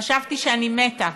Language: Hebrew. חשבתי שאני מתה.